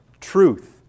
truth